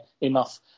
enough